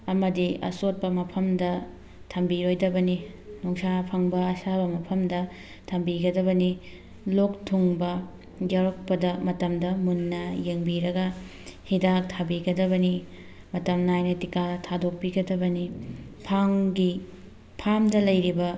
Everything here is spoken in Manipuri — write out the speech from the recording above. ꯑꯃꯗꯤ ꯑꯆꯣꯠꯄ ꯃꯐꯝꯗ ꯊꯝꯕꯤꯔꯣꯏꯗꯕꯅꯤ ꯅꯨꯡꯁꯥ ꯐꯪꯕ ꯑꯁꯥꯕ ꯃꯐꯝꯗ ꯊꯝꯕꯤꯒꯗꯕꯅꯤ ꯂꯣꯛ ꯊꯨꯡꯕ ꯌꯥꯎꯔꯛꯄꯗ ꯃꯇꯝꯗ ꯃꯨꯟꯅ ꯌꯦꯡꯕꯤꯔꯒ ꯍꯤꯗꯥꯛ ꯊꯥꯕꯤꯒꯗꯕꯅꯤ ꯃꯇꯝ ꯅꯥꯏꯅ ꯇꯤꯀꯥ ꯊꯥꯗꯣꯛꯄꯤꯒꯗꯕꯅꯤ ꯐꯥꯝꯒꯤ ꯐꯥꯝꯗ ꯂꯩꯔꯤꯕ